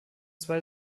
zwei